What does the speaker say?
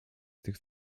tych